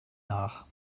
nach